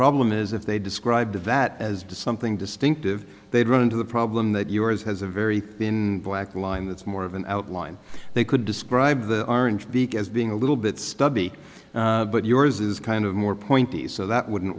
problem is if they described that as to something distinctive they'd run into the problem that yours has a very thin black line that's more of an outline they could describe the orange beak as being a little bit stubby but yours is kind of more pointy so that wouldn't